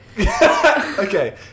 Okay